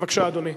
בבקשה, אדוני.